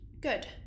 Good